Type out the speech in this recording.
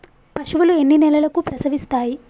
పశువులు ఎన్ని నెలలకు ప్రసవిస్తాయి?